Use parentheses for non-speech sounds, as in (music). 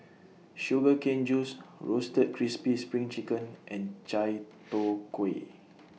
Sugar Cane Juice Roasted Crispy SPRING Chicken and Chai Tow Kway (noise)